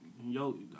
Yo